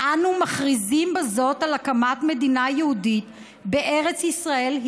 "אנו מכריזים בזאת על הקמת מדינה יהודית בארץ ישראל,